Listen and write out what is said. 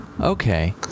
okay